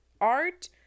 Art